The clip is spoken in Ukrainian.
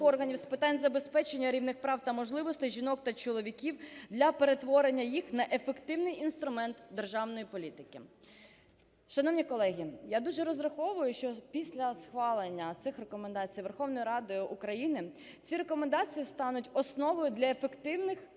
органів з питань забезпечення рівних прав та можливостей жінок та чоловіків для перетворення їх на ефективний інструмент державної політики. Шановні колеги, я дуже розраховую, що після схвалення цих рекомендацій Верховною Радою України ці рекомендації стануть основою для ефективних